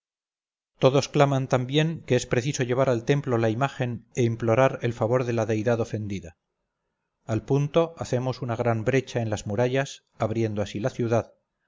todos claman también que es preciso llevar al templo la imagen e implorar el favor de la deidad ofendida al punto hacemos una gran brecha en las murallas abriendo así la ciudad